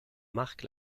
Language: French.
marque